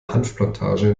hanfplantage